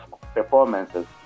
performances